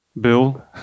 Bill